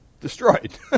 destroyed